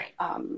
Right